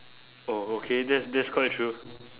oh okay that's that's quite true